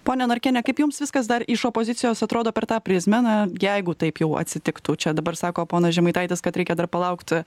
ponia norkiene kaip jums viskas dar iš opozicijos atrodo per tą prizmę na jeigu taip jau atsitiktų čia dabar sako ponas žemaitaitis kad reikia dar palaukt